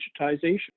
digitization